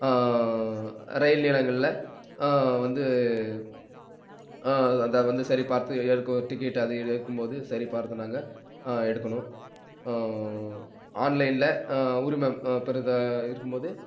ரயில் நிலையங்களில் வந்து அதை வந்து சரி பார்த்து எடுக்கு டிக்கெட் அது எடுக்கும் போது சரிபார்த்து நாங்கள் எடுக்கணும் ஆன்லைனில் உரிமம் பெருக்க இருக்கும் போது